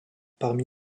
parmi